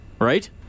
right